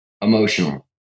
emotional